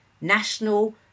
national